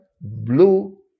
blue